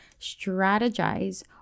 strategize